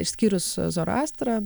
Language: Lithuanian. išskyrus zorastrą